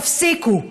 תפסיקו.